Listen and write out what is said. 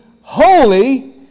holy